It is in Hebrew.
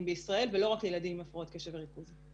בישראל ולא רק לילדים עם הפרעות קשב וריכוז.